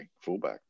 fullback